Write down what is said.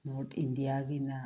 north ꯏꯟꯗꯤꯌꯥꯒꯤꯅ